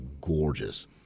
gorgeous